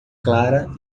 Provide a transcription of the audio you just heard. clara